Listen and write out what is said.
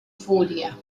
furia